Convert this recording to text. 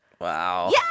wow